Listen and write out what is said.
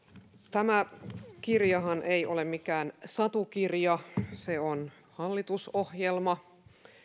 tämä kirjahan ei ole mikään satukirja se on hallitusohjelma